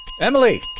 Emily